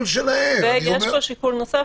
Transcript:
יש פה שיקול נוסף,